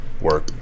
work